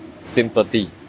sympathy